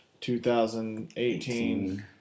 2018